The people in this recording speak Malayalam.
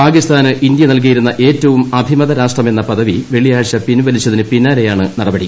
പാകിസ്ഥാന് ഇന്ത്യ നൽകിയിരുന്ന ഏറ്റവും അ്ഭിമൃത് രാഷ്ട്രമെന്ന പദവി വെള്ളിയാഴ്ച പിൻവലിച്ചതിന് പിന്നാളലയാണ് നടപടി